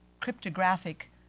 cryptographic